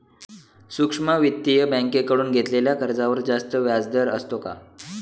सूक्ष्म वित्तीय बँकेकडून घेतलेल्या कर्जावर जास्त व्याजदर असतो का?